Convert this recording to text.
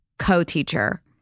co-teacher